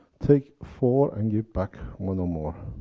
take four and give back one or more.